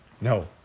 no